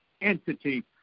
entity